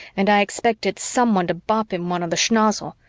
and i expected someone to bop him one on the schnozzle,